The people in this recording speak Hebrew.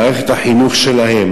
מערכת החינוך שלהם,